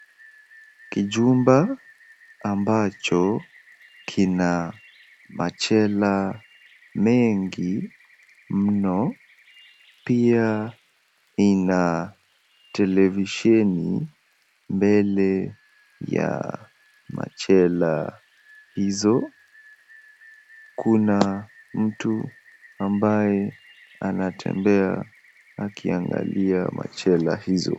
Kuchumba ambacho kina machela mengi mno, pia ina televisheni mbele ya machela hizo, kuna .tu mabaye anatembea akiangalia machela hizo.